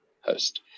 host